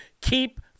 keep